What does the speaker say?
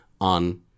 on